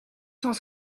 cent